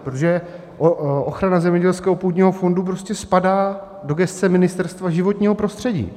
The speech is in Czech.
Protože ochrana zemědělského původního fondu prostě spadá do gesce Ministerstva životního prostředí.